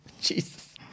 Jesus